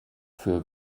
für